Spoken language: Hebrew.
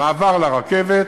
ומעבר לרכבת,